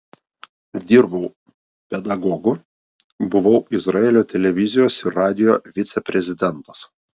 dirbau pedagogu buvau izraelio televizijos ir radijo viceprezidentas